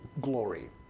glory